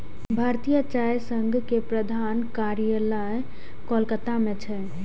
भारतीय चाय संघ के प्रधान कार्यालय कोलकाता मे छै